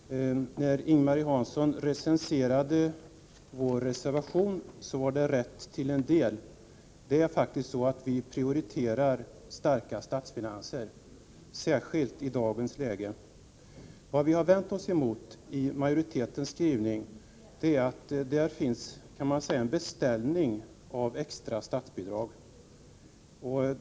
Herr talman! När Ing-Marie Hansson recenserade vår reservation blev det rätt till en del. Det är faktiskt så att vi prioriterar starka statsfinanser, särskilt i dagens läge. Vad vi har vänt oss emot i majoritetsskrivningen är att det finns en beställning av extra statsbidrag där.